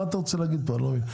מה אתה רוצה להגיד פה, אני לא מבין?